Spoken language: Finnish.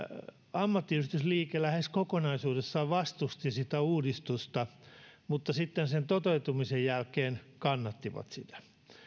ammattiyhdistysliike lähes kokonaisuudessaan vastusti sitä uudistusta mutta sitten sen toteutumisen jälkeen kannatti sitä